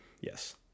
yes